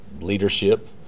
leadership